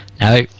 No